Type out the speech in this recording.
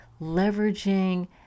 leveraging